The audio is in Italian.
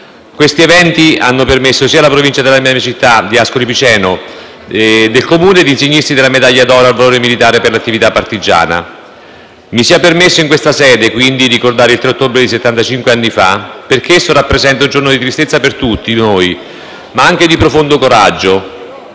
Questi eventi hanno permesso sia alla Provincia sia alla città di Ascoli Piceno di insignirsi della medaglia d'oro al valor militare per l'attività partigiana. Mi sia permesso in questa sede quindi ricordare il 3 ottobre di settantacinque anni fa, perché esso rappresenta un giorno di tristezza per tutti noi, ma anche di profondo coraggio.